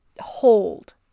hold